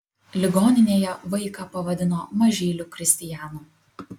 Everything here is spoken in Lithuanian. ligoninėje vaiką pavadino mažyliu kristijanu